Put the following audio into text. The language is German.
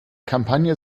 kampagne